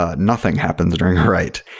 ah nothing happens during a write.